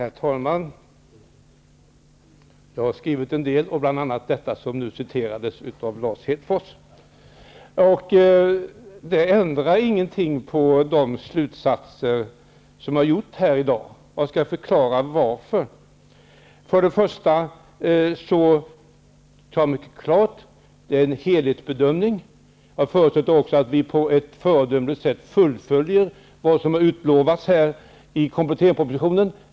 Herr talman! Jag har skrivit en del -- bl.a. detta som nu citerades av Lars Hedfors. Det ändrar ingenting av de slutsatser som har dragits här i dag. Jag skall förklara varför. Det är fråga om en helhetsbedömning. Jag förutsätter att vi på ett föredömligt sätt fullföljer vad som har utlovats i kompletteringspropositionen.